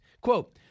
Quote